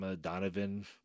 Donovan